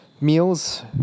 Meals